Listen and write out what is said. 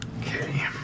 Okay